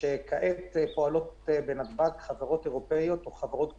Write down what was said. כעת פועלות בנתב"ג חברות אירופיות או חברות גדולות,